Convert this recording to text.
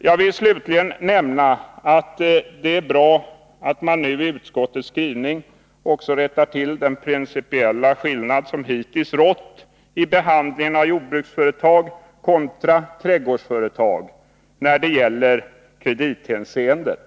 Jag vill slutligen nämna att det är bra att man nu i utskottets skrivning rättar till den principiella skillnad som hittills rått i behandlingen av jordbruksföretag kontra trädgårdsföretag i kredithänseende.